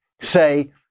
say